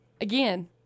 Again